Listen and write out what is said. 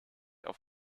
auf